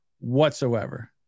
whatsoever